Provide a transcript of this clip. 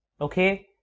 Okay